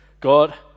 God